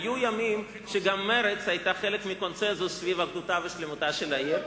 היו ימים שגם מרצ היתה חלק מקונסנזוס סביב אחדותה ושלמותה של העיר.